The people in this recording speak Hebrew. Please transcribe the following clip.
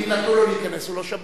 אם נתנו לו להיכנס, הוא לא שב"ח.